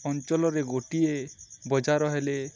ଅଞ୍ଚଳରେ ଗୋଟିଏ ବଜାର ହେଲେ